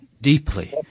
deeply